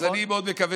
אז אני מאוד מקווה,